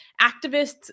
Activists